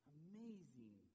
amazing